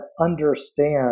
understand